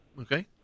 Okay